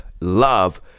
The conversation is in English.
love